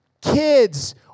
kids